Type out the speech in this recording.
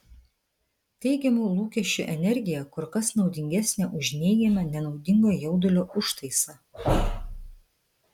teigiamų lūkesčių energija kur kas naudingesnė už neigiamą nenaudingo jaudulio užtaisą